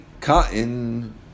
cotton